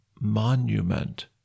monument